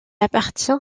appartient